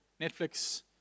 Netflix